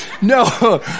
no